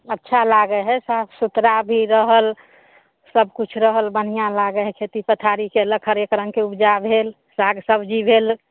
अच्छा लागै हइ साफ सुथरा भी रहल सबकिछु रहल बढ़िआँ लागै हइ खेती पथारी कएलक हरेक रङ्गके उपजा भेल साग सब्जी भेल